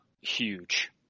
huge